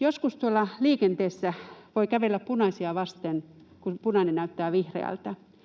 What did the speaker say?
Joskus tuolla liikenteessä voi kävellä punaisia vasten, kun punainen näyttää vihreältä.